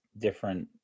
different